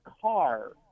car